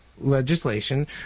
legislation